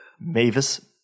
Mavis